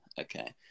Okay